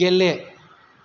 गेले